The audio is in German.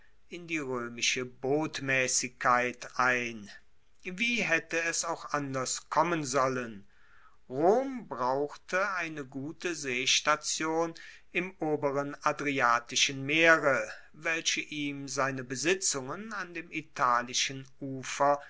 in die roemische botmaessigkeit ein wie haette es auch anders kommen sollen rom brauchte eine gute seestation im oberen adriatischen meere welche ihm seine besitzungen an dem italischen ufer